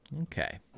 Okay